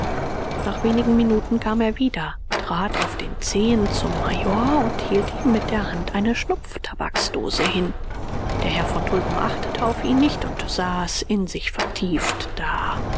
nach wenigen minuten kam er wieder trat auf den zehen zum major und hielt ihm mit der hand eine schnupftabaksdose hin der herr von tulpen achtete auf ihn nicht und saß in sich vertieft da